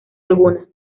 alguna